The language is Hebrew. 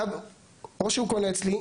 או שהוא קונה אצלי.